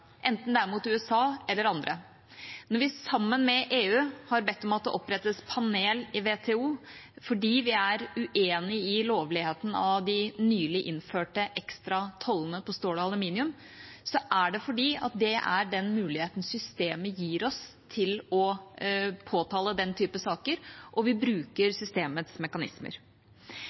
enten det er mot USA eller andre. Når vi sammen med EU har bedt om at det opprettes panel i WTO fordi vi er uenig i lovligheten av de nylig innførte ekstra tollene på stål og aluminium, er det fordi det er den muligheten systemet gir oss til å påtale den typen saker, og vi bruker systemets mekanismer.